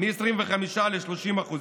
מ-25% ל-30%,